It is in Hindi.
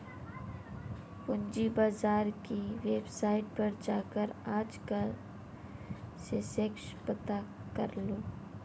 पूंजी बाजार की वेबसाईट पर जाकर आज का सेंसेक्स पता करलो